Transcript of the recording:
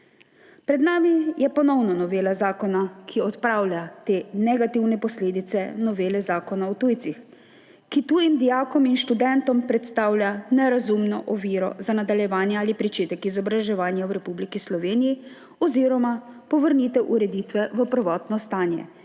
Pred nami je ponovno novela zakona, ki odpravlja te negativne posledice novele Zakona o tujcih, ki tujim dijakom in študentom predstavlja nerazumno oviro za nadaljevanje ali pričetek izobraževanja v Republiki Sloveniji oziroma povrnitev ureditve v prvotno stanje,